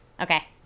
Okay